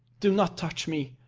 do not touch me,